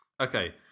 Okay